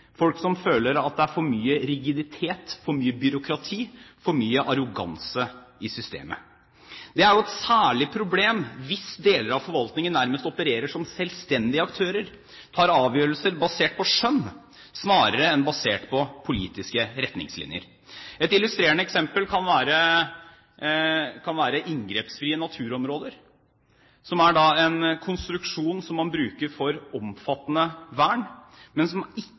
folk som føler at det er for mye rigiditet, for mye byråkrati, for mye arroganse i systemet. Det er jo særlig et problem hvis deler av forvaltningen nærmest opererer som selvstendige aktører og tar avgjørelser basert på skjønn snarere enn på politiske retningslinjer. Et illustrerende eksempel kan være inngrepsfrie naturområder, som er en konstruksjon som man bruker for omfattende vern, men som ikke i